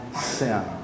sin